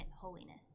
holiness